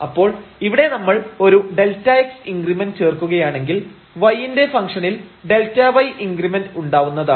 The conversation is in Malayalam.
അപ്പോൾ ഇവിടെ നമ്മൾ ഒരു Δx ഇൻഗ്രിമെന്റ് ചേർക്കുകയാണെങ്കിൽ y ന്റെ ഫംഗ്ഷനിൽ Δy ഇൻഗ്രിമെന്റ് ഉണ്ടാവുന്നതാണ്